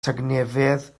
tangnefedd